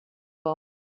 pas